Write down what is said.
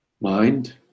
mind